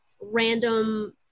random